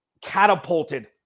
catapulted